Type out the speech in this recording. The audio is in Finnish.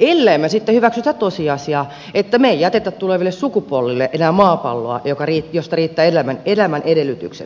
ellemme sitten hyväksy tosiasiaa että emme jätä tuleville sukupolville enää maapalloa josta riittää elämän edellytykset